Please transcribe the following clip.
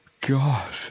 God